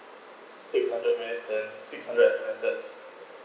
six hundred max and six hundred expenses